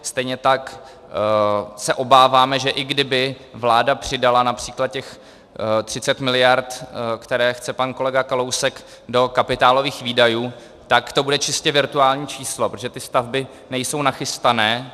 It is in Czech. Stejně tak se obáváme, že i kdyby vláda přidala například těch 30 miliard, které chce pan kolega Kalousek, do kapitálových výdajů, tak to bude čistě virtuální číslo, protože ty stavby nejsou nachystané.